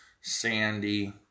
Sandy